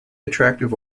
attractive